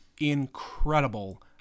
incredible